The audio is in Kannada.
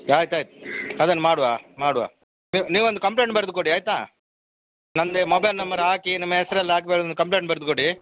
ಆಯ್ತು ಆಯ್ತು ಅದನ್ನು ಮಾಡುವ ಮಾಡುವ ನೀವು ಒಂದು ಕಂಪ್ಲೇಂಟ್ ಬರ್ದು ಕೊಡಿ ಆಯಿತಾ ನನ್ದೆ ಮೊಬೈಲ್ ನಂಬರ್ ಹಾಕಿ ನಿಮ್ಮ ಹೆಸರು ಎಲ್ಲ ಹಾಕ್ ಒಂದು ಕಂಪ್ಲೇಂಟ್ ಬರೆದು ಕೊಡಿ